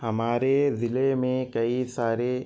ہمارے ضلعے میں کئی سارے